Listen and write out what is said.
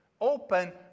open